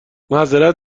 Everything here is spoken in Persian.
معذرت